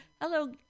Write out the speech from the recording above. Hello